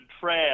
Trail